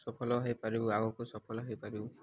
ସଫଲ ହେଇପାରିବୁ ଆଗକୁ ସଫଲ ହେଇପାରିବୁ